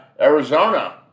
Arizona